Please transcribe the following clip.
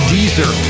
Deezer